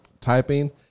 typing